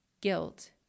guilt